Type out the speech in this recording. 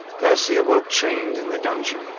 percy awoke chained in the dungeon,